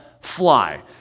fly